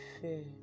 fair